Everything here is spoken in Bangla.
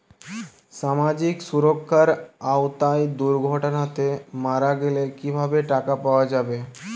সামাজিক সুরক্ষার আওতায় দুর্ঘটনাতে মারা গেলে কিভাবে টাকা পাওয়া যাবে?